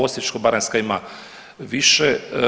Osječko-baranjska ima više.